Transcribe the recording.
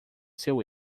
seu